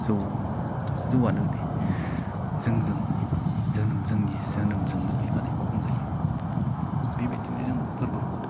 जौआ जौआनोदे जों जों जों जोंनि जोनोमजोंनो फैफानाय बुंजायो बेबायदिनो जों फोरबोखौ